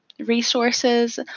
resources